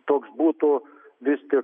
toks būtų vis tik